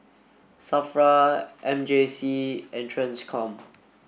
SAFRA M J C and TRANSCOM